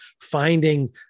finding